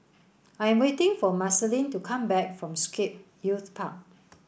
I'm waiting for Marceline to come back from Scape Youth Park